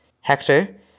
Hector